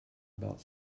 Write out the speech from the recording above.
about